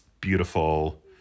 beautiful